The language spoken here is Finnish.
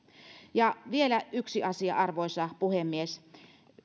vielä yksi asia arvoisa puhemies